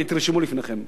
תרשמו לפניכם.